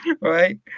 right